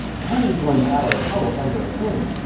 how are you going to have a republic under a king?